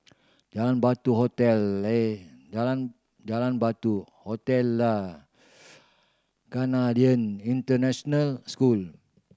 Jalan Batu Hotel Jalan Jalan Batu Hotel Lah Canadian International School